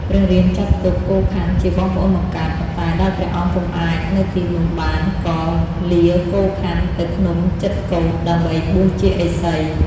ព្រះរាម ចាត់ទុក កូខ័នជាបងប្អូនបង្កើត ប៉ុន្តែដោយព្រះអង្គពុំអាចនៅទីនោះបានក៏លាកូខ័នទៅភ្នំចិត្រកូដ ដើម្បីបួសជាឥសី ។